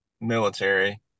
military